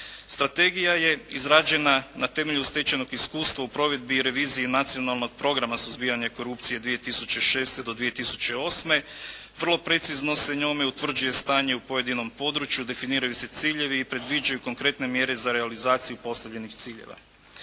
Strategija je izrađena na temelju stečajnog iskustva u provedbi i reviziji nacionalnog programa suzbijanja korupcije 2006. do 2008., vrlo precizno se njome utvrđuje stanje u pojedinom području, definiraju se ciljevi i predviđaju konkretne mjere za realizaciju postavljenih ciljeva.